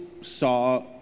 saw